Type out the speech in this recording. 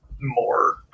more